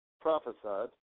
prophesied